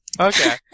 Okay